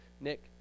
Nick